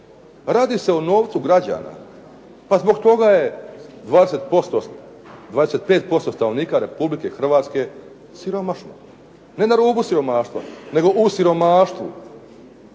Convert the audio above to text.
Radi se o novcu građana. Pa zbog toga je 25% Republike Hrvatske siromašno, ne na rubu siromaštva, nego u siromaštvu.